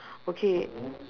okay